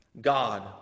God